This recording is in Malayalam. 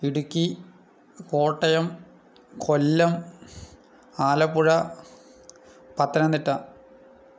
ഇടുക്കി കോട്ടയം കൊല്ലം ആലപ്പുഴ പത്തനംത്തിട്ട